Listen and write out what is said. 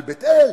על בית-אל,